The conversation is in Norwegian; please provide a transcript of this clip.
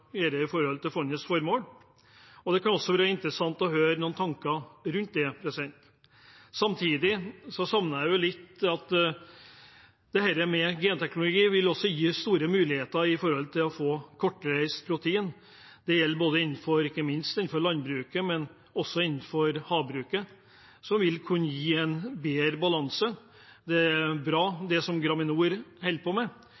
høre noen tanker rundt det. Samtidig savner jeg litt om dette med at genteknologi vil gi store muligheter når det gjelder å få kortreist protein – det gjelder ikke minst innenfor landbruket, men også innenfor havbruket – som vil kunne gi en bedre balanse. Det er bra det som Graminor holder på med,